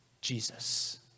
Jesus